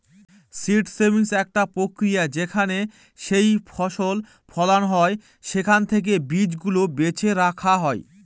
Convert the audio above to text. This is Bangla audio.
সীড সেভিং একটা প্রক্রিয়া যেখানে যেইফসল ফলন হয় সেখান থেকে বীজ গুলা বেছে রাখা হয়